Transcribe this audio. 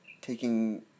taking